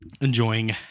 enjoying